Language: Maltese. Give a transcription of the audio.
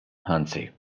anzi